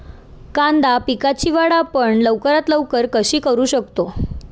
कांदा पिकाची वाढ आपण लवकरात लवकर कशी करू शकतो?